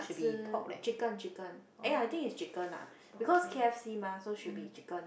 Katsu chicken chicken eh I think it's chicken ah because k_f_c mah so should be chicken